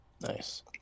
nice